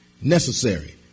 Necessary